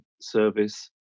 service